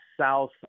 south